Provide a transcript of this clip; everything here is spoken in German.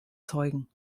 zeugen